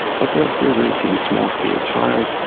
but they are still relatively small-scale trials.